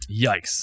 Yikes